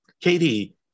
Katie